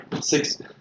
Six